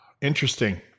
Interesting